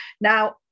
now